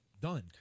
done